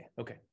Okay